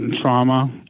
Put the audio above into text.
trauma